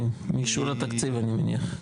מאישור התקציב, אני מניח.